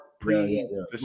pre